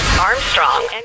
Armstrong